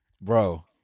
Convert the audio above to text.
Bro